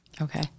Okay